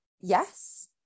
Yes